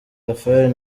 rafael